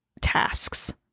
tasks